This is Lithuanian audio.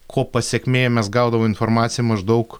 ko pasekmėj mes gaudavom informaciją maždaug